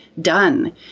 done